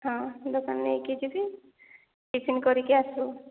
ହଁ ଦୋକାନ ନେଇକି ଯିବି ଟିଫିନ୍ କରିକି ଆସିବୁ